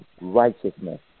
righteousness